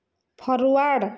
forward